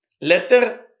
letter